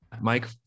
Mike